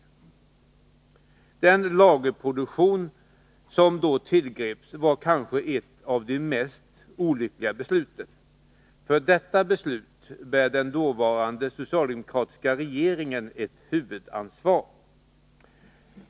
Beslutet om den lagerproduktion som då tillgreps var kanske ett utav de mest olyckliga. För detta beslut bär den dåvarande socialdemokratiska regeringen ett huvudansvar.